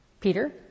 Peter